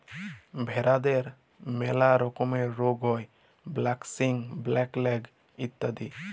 ভেরাদের ম্যালা রকমের রুগ হ্যয় ব্র্যাক্সি, ব্ল্যাক লেগ ইত্যাদি